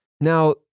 now